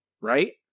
right